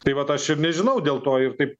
tai vat aš ir nežinau dėl to ir taip